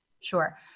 Sure